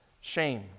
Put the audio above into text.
shame